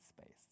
space